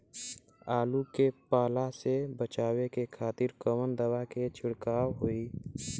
आलू के पाला से बचावे के खातिर कवन दवा के छिड़काव होई?